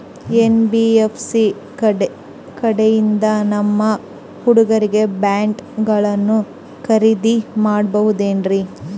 NBFC ಕಡೆಯಿಂದ ನಮ್ಮ ಹುಡುಗರಿಗೆ ಬಾಂಡ್ ಗಳನ್ನು ಖರೀದಿದ ಮಾಡಬಹುದೇನ್ರಿ?